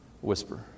whisper